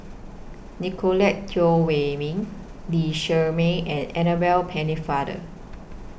Nicolette Teo Wei Min Lee Shermay and Annabel Pennefather